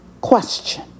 question